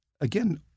again